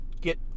get